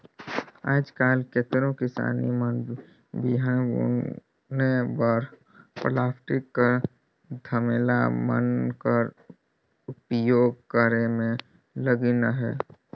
आएज काएल केतनो किसान मन बीहन बुने बर पलास्टिक कर धमेला मन कर उपियोग करे मे लगिन अहे